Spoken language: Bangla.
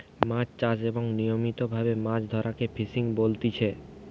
মাছ চাষ এবং নিয়মিত ভাবে মাছ ধরাকে ফিসিং বলতিচ্ছে